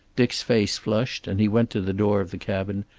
dick's face flushed, and he went to the door of the cabin,